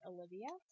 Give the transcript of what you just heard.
Olivia